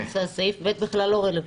סעיף (ב) בכלל לא רלוונטי.